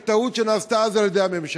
כטעות שנעשתה אז על ידי הממשלה.